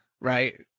right